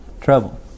trouble